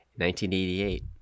1988